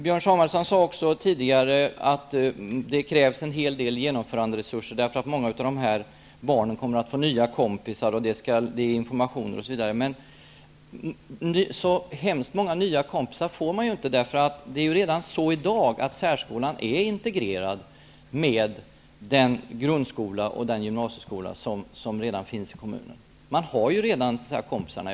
Björn Samuelson sade tidigare också att det krävs en hel del genomföranderesurser därför att många av de här barnen kommer att få nya kompisar. Det behövs information osv. Men så hemskt många nya kompisar får de inte. Särskolan är redan i dag integrerad med den grundskola och den gymnasieskola som redan finns i kommunen. Man har redan kompisarna.